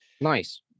nice